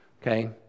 okay